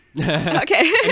Okay